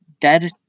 dead